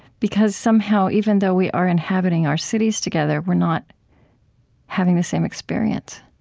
because somehow, even though we are inhabiting our cities together, we're not having the same experience.